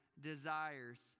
desires